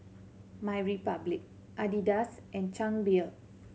MyRepublic Adidas and Chang Beer